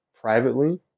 privately